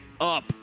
up